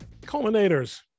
Culminators